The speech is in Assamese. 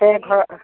ঘৰ